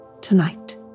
tonight